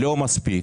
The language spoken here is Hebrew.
לא מספיק,